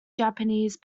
japanese